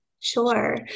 Sure